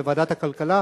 לוועדת הכלכלה